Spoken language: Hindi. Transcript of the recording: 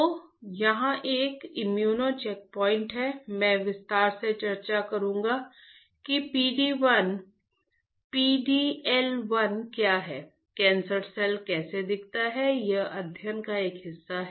तो यह एक इम्यूनो चेक पॉइंट है मैं विस्तार से चर्चा करूंगा कि PD 1 PD L 1 क्या है कैंसर सेल कैसा दिखता है यह अध्ययन का एक हिस्सा है